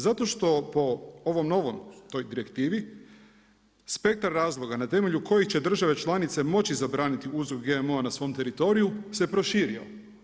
Zato što po ovom novom, toj direktivni, spektar razloga na temelju koji će država članica moći zabraniti uzgoj GMO-a na svom teritoriju, se proširio.